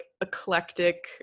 eclectic